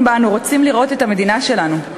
שבו אנחנו רוצים לראות את המדינה שלנו,